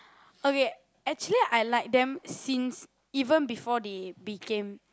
okay actually I like them since even before they became